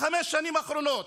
בחמש השנים האחרונות.